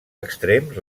extrems